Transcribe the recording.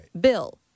bill